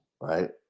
right